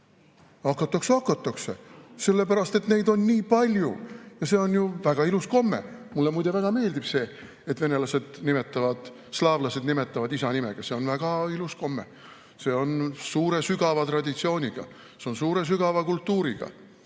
hakatakse, hakatakse! –, sellepärast, et neid on nii palju ja see on ju väga ilus komme. Mulle muide väga meeldib see, et venelased [ja teised] slaavlased nimetavad isanime järgi, see on väga ilus komme. See on suure sügava traditsiooniga, suure sügava kultuuriga.